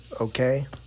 okay